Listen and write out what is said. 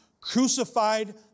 crucified